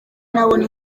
ntabona